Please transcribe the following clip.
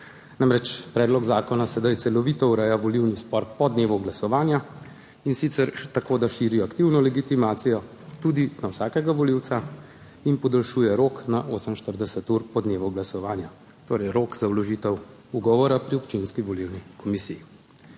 Namreč, predlog zakona sedaj celovito ureja volilni spor po dnevu glasovanja, in sicer tako, da širi aktivno legitimacijo tudi na vsakega volivca in podaljšuje rok na 48 ur po dnevu glasovanja, torej rok za vložitev ugovora pri občinski volilni komisiji.